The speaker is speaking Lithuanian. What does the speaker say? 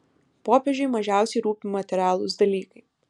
popiežiui mažiausiai rūpi materialūs dalykai